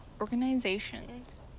organizations